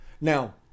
Now